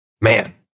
Man